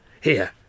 Here